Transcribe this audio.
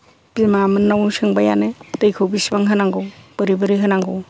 बिमा मोन्नाव सोंबायानो दैखौ बिसिबां होनांगौ बोरै बोरै होनांगौ